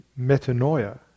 metanoia